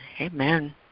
Amen